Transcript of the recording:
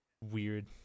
Weird